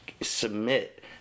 submit